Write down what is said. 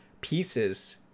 pieces